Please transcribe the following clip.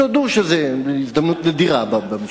תודו שזו הזדמנות נדירה במשכן.